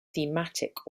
thematic